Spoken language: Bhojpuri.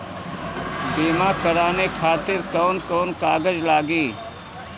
बीमा कराने खातिर कौन कौन कागज लागी?